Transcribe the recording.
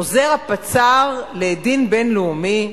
עוזר הפצ"ר לדין בין-לאומי.